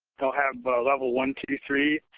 they'll have level one, two, three.